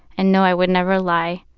and know i would never lie,